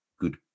good